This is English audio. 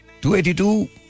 282